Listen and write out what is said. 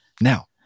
now